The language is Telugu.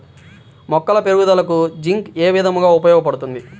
మొక్కల పెరుగుదలకు జింక్ ఏ విధముగా ఉపయోగపడుతుంది?